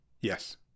Yes